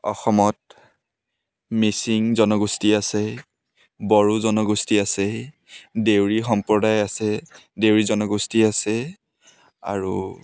অসমত মিচিং জনগোষ্ঠী আছে বড়ো জনগোষ্ঠী আছে দেউৰী সম্প্ৰদায় আছে দেউৰী জনগোষ্ঠী আছে আৰু